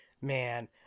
man